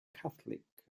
catholic